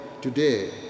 today